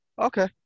okay